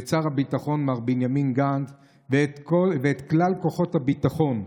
ואת שר הביטחון מר בנימין גנץ ואת כלל כוחות הביטחון,